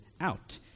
out